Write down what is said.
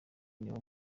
niwo